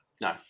no